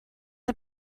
are